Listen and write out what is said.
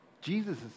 Jesus